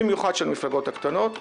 במיוחד למפלגות הקטנות.